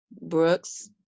Brooks